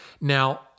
Now